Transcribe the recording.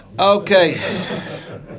okay